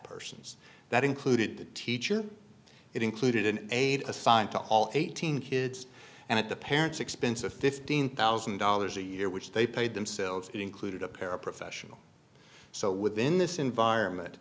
persons that included the teacher it included an aide assigned to all eighteen kids and at the parents expense of fifteen thousand dollars a year which they paid themselves included a paraprofessional so within this environment